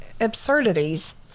absurdities